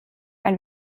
ein